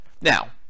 Now